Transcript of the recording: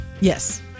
Yes